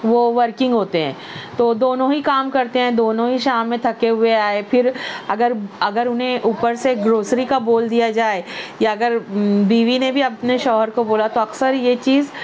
وہ ورکنگ ہوتے ہیں تو دونوں ہی کام کرتے ہیں دونوں ہی شام میں تھکے ہوئے آئے پھر اگر اگر انہیں اوپر سے گروسری کا بول دیا جائے یا اگر بیوی نے بھی اپنے شوہر کو بولا تو اکثر یہ چیز